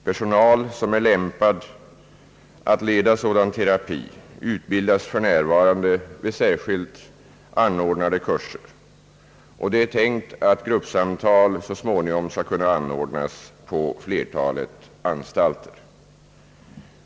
Personal som är lämpad att leda sådan terapi utbildas för närvarande vid särskilt anordnade kurser, och det är tänkt att gruppsamtal så småningom skall kunna anordnas på flertalet anstalter.